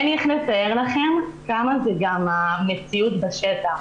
ואין לי איך לתאר לכם כמה זה גם המציאות בשטח.